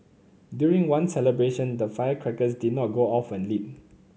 during one celebration the firecrackers did not go off when lit